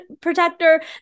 protector